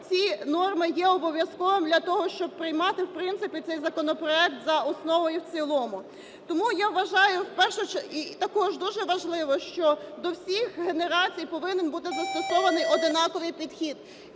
ці норми є обов'язковими для того, щоб приймати в принципі цей законопроект за основу і в цілому. Тому я вважаю… І також дуже важливо, що до всіх генерацій повинен бути застосований однаковий підхід